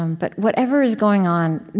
um but whatever is going on,